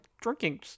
drinking